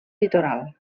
litoral